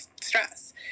stress